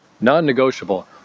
non-negotiable